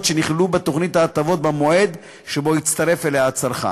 שנכללו בתוכנית ההטבות במועד שבו הצטרף אליה הצרכן.